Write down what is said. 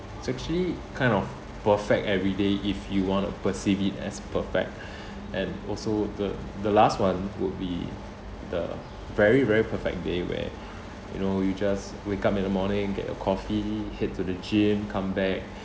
it's actually kind of perfect everyday if you want to perceive it as perfect and also the the last one would be the very very perfect day where you know you just wake up in the morning get your coffee head to the gym come back